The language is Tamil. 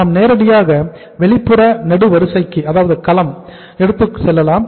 நாம் நேரடியாக வெளிப்புற நெடுவரிசைக்கு எடுத்து செல்லலாம்